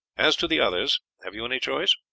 as to the others have you any choice?